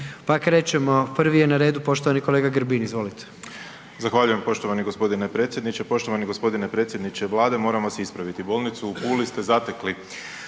Pa krećemo, prvi je na redu poštovani kolega Grbin. Izvolite. **Grbin, Peđa (SDP)** Zahvaljujem poštovani gospodine predsjedniče. Poštovani gospodine predsjedniče Vlade. Moram vas ispraviti, Bolnicu u Puli ste zatekli